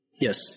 Yes